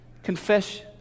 Confess